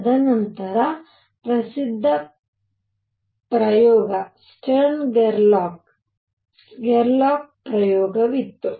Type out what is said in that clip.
ತದನಂತರ ಪ್ರಸಿದ್ಧ ಪ್ರಯೋಗ ಸ್ಟರ್ನ್ ಗೆರ್ಲಾಕ್ ಗೆರ್ಲಾಕ್ ಪ್ರಯೋಗವಿತ್ತು